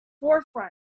forefront